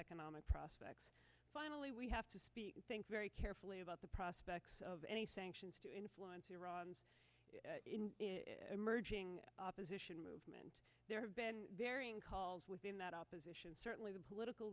economic prospects finally we have to speak very carefully about the prospects of anything to influence iran emerging opposition movement there have been there in calls within that opposition certainly the political